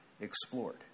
explored